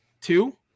two